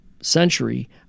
century